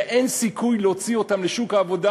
ואין סיכוי להוציא אותם לשוק העבודה